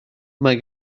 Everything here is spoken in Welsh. mae